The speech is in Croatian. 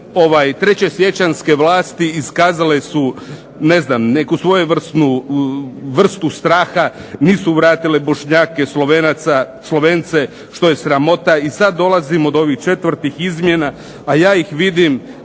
trećesiječanjske vlasti iskazale su ne znam neku svojevrsnu vrstu straha, nisu vratile Bošnjake, Slovence, što je sramota, i sad dolazimo do ovih četvrtih izmjena a ja ih vidim